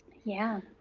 yeah.